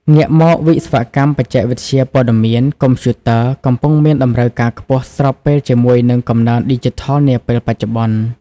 ងាកមកវិស្វកម្មបច្ចេកវិទ្យាព័ត៌មាន កុំព្យូទ័រ កំពុងមានតម្រូវការខ្ពស់ ស្របពេលជាមួយនឹង កំណើនឌីជីថលនាពេលបច្ចុប្បន្ន។